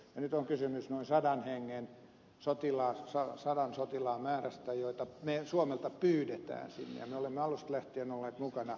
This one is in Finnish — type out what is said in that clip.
nyt on kysymys noin sadan sotilaan määrästä jota suomelta pyydetään sinne ja me olemme alusta lähtien olleet mukana